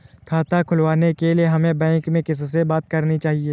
खाता खुलवाने के लिए हमें बैंक में किससे बात करनी चाहिए?